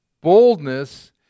boldness